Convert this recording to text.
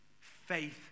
Faith